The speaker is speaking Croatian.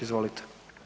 Izvolite.